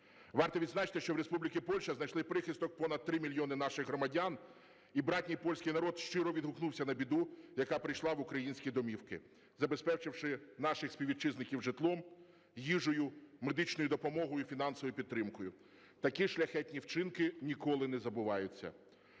Варто відзначити, що в Республіки Польща знайшли прихисток понад 3 мільйони наших громадян, і братній польський народ щиро відгукнувся на біду, яка прийшла в українські домівки, забезпечивши наших співвітчизників житлом, їжею, медичною допомогою і фінансовою підтримкою. Такі шляхетні вчинки ніколи не забуваються.